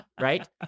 right